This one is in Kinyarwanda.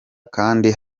kanda